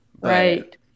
Right